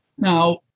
Now